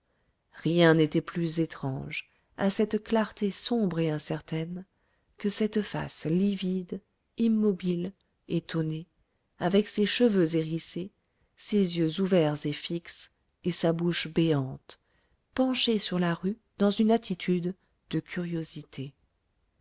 rien n'était plus étrange à cette clarté sombre et incertaine que cette face livide immobile étonnée avec ses cheveux hérissés ses yeux ouverts et fixes et sa bouche béante penchée sur la rue dans une attitude de curiosité